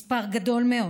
מספר גדול מאוד.